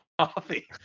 coffee